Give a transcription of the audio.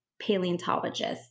paleontologists